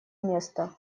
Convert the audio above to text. место